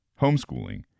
Homeschooling